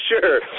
sure